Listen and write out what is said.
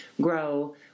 grow